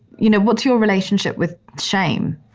you know, what's your relationship with shame?